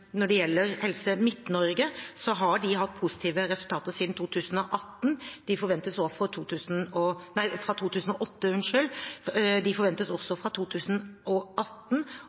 når det gjelder Helse Midt-Norge, har de hatt positive resultater siden 2008. De forventes også å ha positive resultater for 2018.